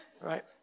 right